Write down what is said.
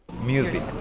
Music